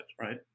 Right